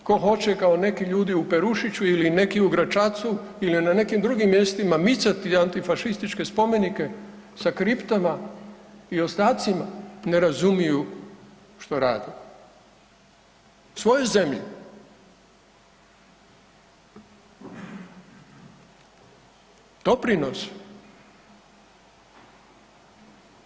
Tko hoće kao neki ljudi u Perušiću, ili neki u Gračacu ili na nekim drugim mjestima micati antifašističke spomenike sa kriptama i ostacima ne razumiju što rade svojoj zemlji.